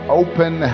open